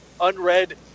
unread